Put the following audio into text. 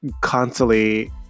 constantly